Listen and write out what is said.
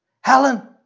Helen